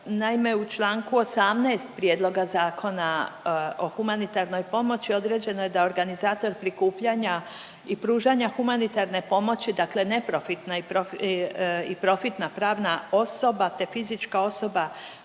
Naime, u čl. 18 Prijedloga Zakona o humanitarnoj pomoći određeno je da organizator prikupljanja i pružanja humanitarne pomoći, dakle neprofitna i profitna pravna osoba te fizička osoba